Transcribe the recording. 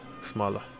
smaller